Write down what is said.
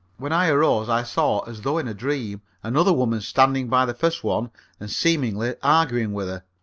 when i arose i saw as though in a dream another woman standing by the first one and seemingly arguing with her.